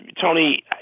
Tony